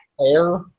air